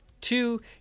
Two